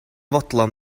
fodlon